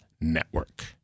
Network